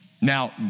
Now